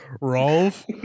Rolf